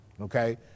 Okay